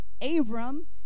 Abram